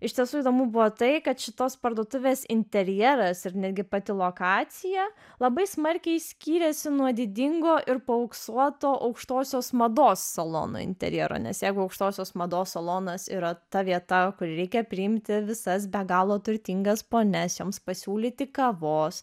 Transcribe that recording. iš tiesų įdomu buvo tai kad šitos parduotuvės interjeras ir netgi pati lokacija labai smarkiai skyrėsi nuo didingo ir paauksuoto aukštosios mados salono interjero nes jeigu aukštosios mados salonas yra ta vieta kur reikia priimti visas be galo turtingas ponias joms pasiūlyti kavos